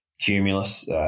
Cumulus